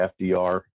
FDR